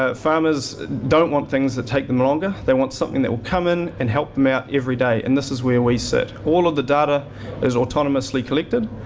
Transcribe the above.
ah farmers don't want things that take them longer. they want something that will come in and help them out every day. and this is where we sit. all of the data is autonomously collected,